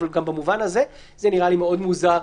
אבל במובן הזה זה נראה לי מאוד מוזר.